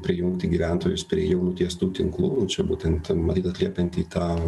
prijungti gyventojus prie jau nutiestų tinklų ir čia būtent matyt atliepiant į tą